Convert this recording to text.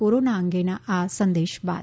corona અંગેના આ સંદેશ બાદ